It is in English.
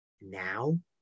Now